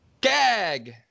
Gag